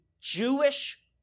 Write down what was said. Jewish